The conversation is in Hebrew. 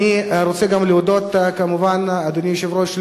אדוני היושב-ראש,